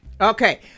Okay